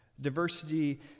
diversity